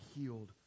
healed